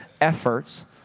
efforts